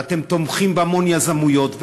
ואתם תומכים בהמון יזמויות,